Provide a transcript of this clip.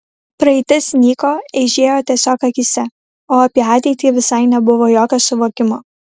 praeitis nyko eižėjo tiesiog akyse o apie ateitį visai nebuvo jokio suvokimo